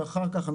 ואחר כך,